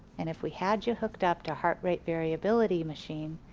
and if we had you hooked up to heart rate variability machine,